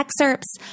excerpts